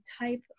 type